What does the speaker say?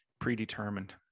predetermined